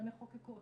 המחוקקות.